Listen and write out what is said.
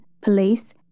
police